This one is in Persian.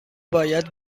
باید